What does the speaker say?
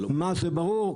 מה שברור,